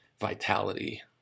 vitality